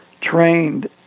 trained